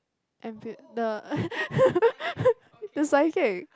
the the psychic